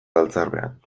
galtzarbean